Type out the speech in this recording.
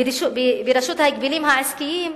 ברשות ההגבלים העסקיים.